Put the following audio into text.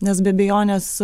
nes be abejonės